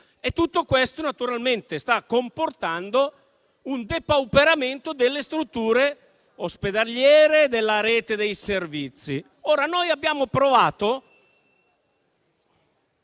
Tutto questo naturalmente sta comportando un depauperamento delle strutture ospedaliere e della rete dei servizi. Noi abbiamo provato